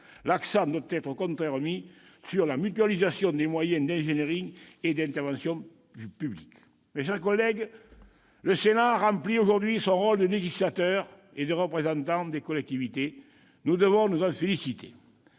l'accent doit être mis, au contraire, sur la mutualisation des moyens d'ingénierie et d'intervention publiques. Mes chers collègues, le Sénat remplit aujourd'hui son rôle de législateur et de représentant des collectivités. Nous devons nous en féliciter.